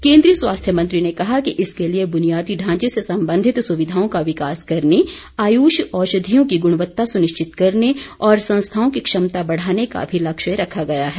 केंद्रीय स्वास्थ्य मंत्री ने कहा कि इसके लिए बुनियादी ढांचे से संबंधित सुविधाओं का विकास करने आयुष औषधियों की गुणवत्ता सुनिश्चित करने और संस्थाओं की क्षमता बढाने का भी लक्ष्य रखा गया है